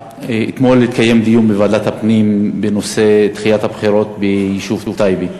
אתמול התקיים דיון בוועדת הפנים בנושא דחיית הבחירות ביישוב טייבה,